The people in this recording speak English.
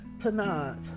tonight